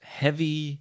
heavy